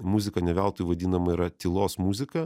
muzika ne veltui vadinama yra tylos muzika